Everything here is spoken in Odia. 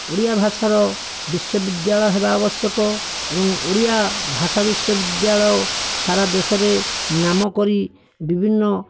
ଓଡ଼ିଆ ଭାଷାର ବିଶ୍ଵବିଦ୍ୟାଳୟ ହେବା ଆବଶ୍ୟକ ଏବଂ ଓଡ଼ିଆ ଭାଷା ବିଶ୍ଵବିଦ୍ୟାଳୟ ସାରା ଦେଶରେ ନାମ କରି ବିଭିନ୍ନ